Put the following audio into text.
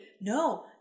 No